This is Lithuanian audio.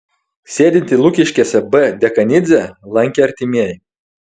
sėdintį lukiškėse b dekanidzę lankė artimieji